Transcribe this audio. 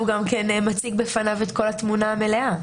הוא גם מציג בפניו את כל התמונה המלאה.